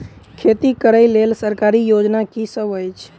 खेती करै लेल सरकारी योजना की सब अछि?